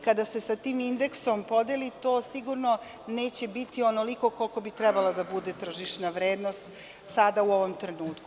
Kada se sa tim indeksom podeli, to sigurno neće biti onoliko koliko bi trebala da bude tržišna vrednost sada u ovom trenutku.